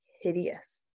hideous